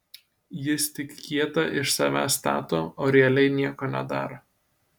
jis tik kietą iš savęs stato o realiai nieko nedaro